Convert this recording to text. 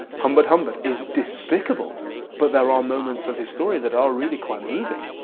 humbert humbert is despicable but there are moments of his story that are really quite moving.